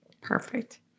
perfect